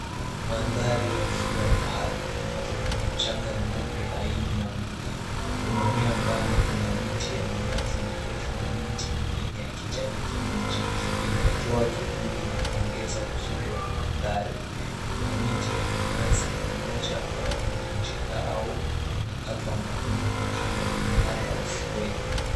Mandhari ya ufuo wa bahari ambapo kuna mchanga mweupe na laini na mwingi, unaonea mbali kuna miti ya minazi mirefu na mitu mingine ya kijani kibichi inayotoa kivuli na kuongeza uzuri wa mandhari. Kuna miti nya minazi mmoja ambao umevunjika au umekatwa na unaonekana umelala ufueni.